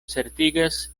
certigas